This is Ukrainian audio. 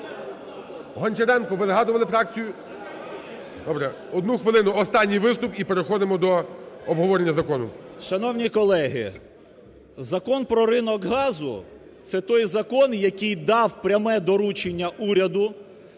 Гончаренко, ви згадували фракцію? Добре, одну хвилину, останній виступ, і переходимо до обговорення закону. 10:13:53 СОБОЛЄВ С.В. Шановні колеги, Закон про ринок газу – це той закон, який дав пряме доручення уряду